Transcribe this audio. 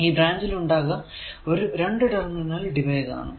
ഈ ബ്രാഞ്ചിൽ ഉണ്ടാകുക ഒരു രണ്ടു ടെർമിനൽ ഡിവൈസ് ആണ്